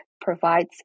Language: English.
provides